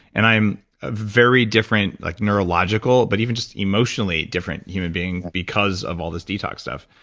and i'm a very different, like neurological, but even just emotionally different human being because of all this detox stuff.